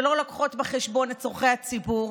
שלא לוקחות בחשבון את צורכי הציבור.